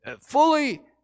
fully